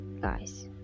guys